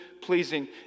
pleasing